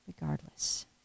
regardless